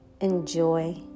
enjoy